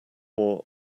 more